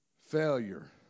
Failure